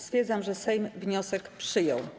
Stwierdzam, że Sejm wniosek przyjął.